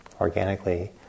organically